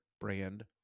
brand